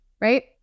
right